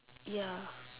ya